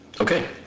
Okay